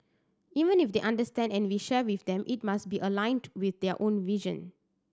even if they understand and we share with them it must be aligned with their own vision